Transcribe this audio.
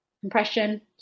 compression